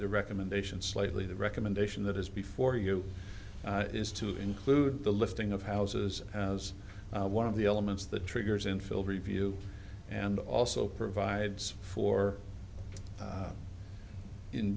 the recommendation slightly the recommendation that is before you is to include the listing of houses as one of the elements that triggers infield review and also provides for